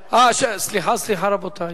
סליחה, סליחה, רבותי,